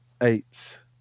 eight